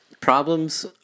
Problems